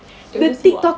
jojo siwa